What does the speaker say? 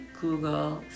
google